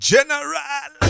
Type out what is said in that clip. General